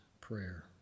prayer